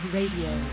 Radio